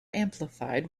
amplified